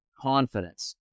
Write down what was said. confidence